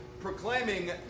proclaiming